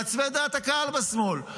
מעצבי דעת הקהל בשמאל,